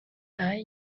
eye